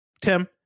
Tim